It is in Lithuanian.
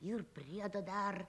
ir priedo dar